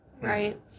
Right